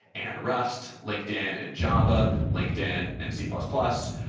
and rust linkedin, and java linkedin, and c plus plus,